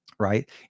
right